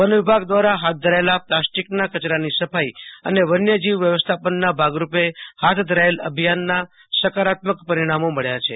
one વિભાગ વ્રારા હાથ ધરાયેલા પ્લાસ્ટિકના કચરાની સફાઈ અને વન્ય જીવ વ્યવસ્થાપનના ભાગરૂપે હાથ ધરાયેલ અભિયાનના સકારાત્મક પરિણામો મબ્યા છે